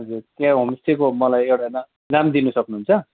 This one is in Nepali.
हजुर त्याँ होमस्टेको मलाई एउटा नाम नाम दिनु सक्नुहुन्छ